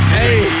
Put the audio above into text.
hey